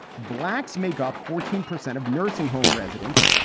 blacks make up fourteen percent of nursing home residents,